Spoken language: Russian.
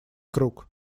круг